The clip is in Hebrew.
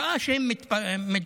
הוא ראה שהם מתווכחים.